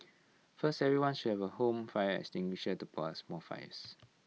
first everyone should have A home fire extinguisher to put us mall fires